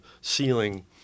ceiling